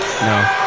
No